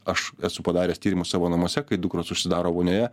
aš esu padaręs tyrimus savo namuose kai dukros užsidaro vonioje